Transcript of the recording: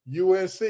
UNC